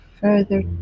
further